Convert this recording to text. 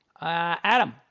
Adam